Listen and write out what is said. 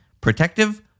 Protective